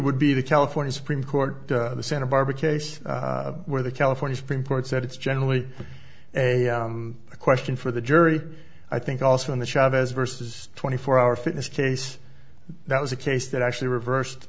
would be the california supreme court the santa barbara case where the california supreme court said it's generally a question for the jury i think also in the chavez versus twenty four hour fitness case that was a case that actually reversed